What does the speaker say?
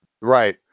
right